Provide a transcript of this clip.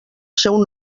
seu